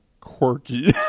quirky